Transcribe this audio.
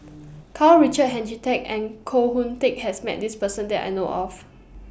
Karl Richard Hanitsch and Koh Hoon Teck has Met This Person that I know of